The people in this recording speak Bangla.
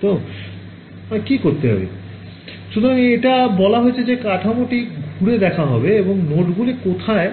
ছাত্র ছাত্রীঃ সুতরাং এটা বলা হয়েছে যে কাঠামোটি ঘুরে দেখা হবে এবং নোডগুলি কোথায়